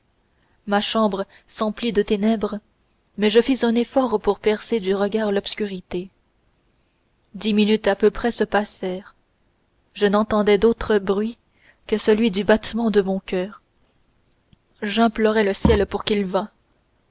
ma chambre s'emplit de ténèbres mais je fis un effort pour percer du regard l'obscurité dix minutes à peu près se passèrent je n'entendais d'autre bruit que celui du battement de mon coeur j'implorais le ciel pour qu'il vînt